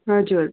हजुर